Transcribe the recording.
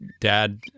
dad